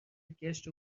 گشت